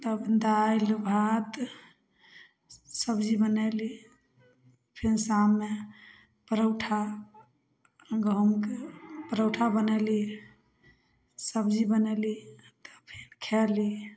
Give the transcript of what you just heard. तब दालि भात सब्जी बनैली फेर शाममे परौठा गहूॅंमके परौठा बनैली सब्जी बनैली तऽ फिर खयली